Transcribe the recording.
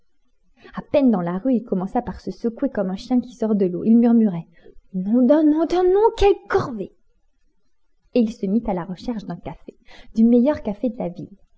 a peine dans la rue il commença par se secouer comme un chien qui sort de l'eau il murmurait nom d'un nom d'un nom d'un nom quelle corvée et il se mit à la recherche d'un café du meilleur café de la ville